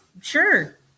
Sure